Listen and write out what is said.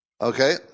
Okay